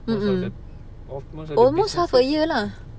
mm mm almost half a year lah